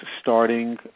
starting